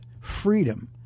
freedom